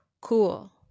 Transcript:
Cool